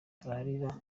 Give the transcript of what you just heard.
ararira